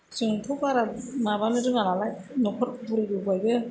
जोंथ' बारा माबानो रोङा नालाय न'खर बुरिबोबायबो